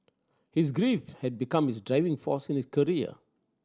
his grief had become his driving force in his career